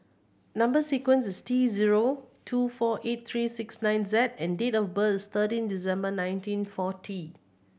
number sequence is T zero two four eight three six nine Z and date of birth is thirteen December nineteen forty